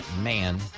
man